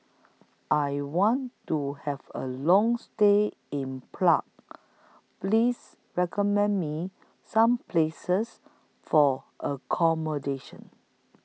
I want to Have A Long stay in Please recommend Me Some Places For accommodation